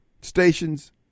Stations